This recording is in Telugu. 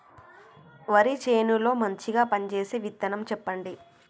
వరి చేను లో మంచిగా పనిచేసే విత్తనం చెప్పండి?